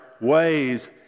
ways